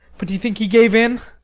but do you think he gave in?